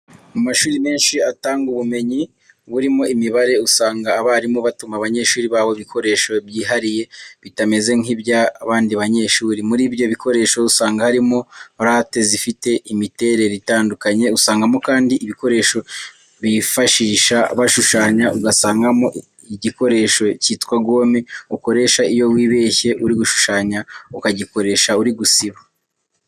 Mu mashuri menshi atanga ubumenyi burimo imibare, usanga abarimu batuma abanyeshuri babo ibikoresho byihariye bitameze nkibya abandi banyeshuri. Muri ibyo bikoresho usanga harimo late zifite imiterere itandukanye, usangamo kandi igikoresho bifashisha bashushanya, ugasangamo igikoresho cyitwa gome ukoresha iyo wibeshye uri gushushanya, ukagikoresha uri gusiba.